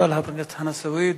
תודה לחבר הכנסת חנא סוייד.